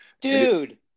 Dude